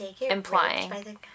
implying